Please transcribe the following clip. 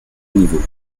niveaux